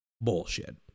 bullshit